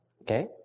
Okay